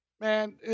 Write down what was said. man